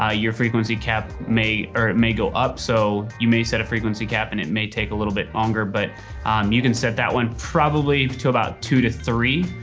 ah your frequency cap may or it may go up. so you may set a frequency cap and it may take a little bit longer, but um you can set that one probably to about two to three.